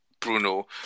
Bruno